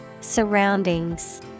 Surroundings